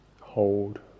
hold